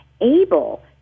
able